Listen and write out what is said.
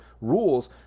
rules